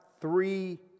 three